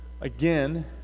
again